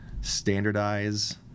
standardize